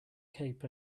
cape